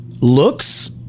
looks